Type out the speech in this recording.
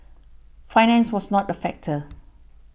finance was not a factor